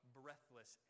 breathless